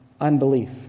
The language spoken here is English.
unbelief